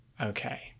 okay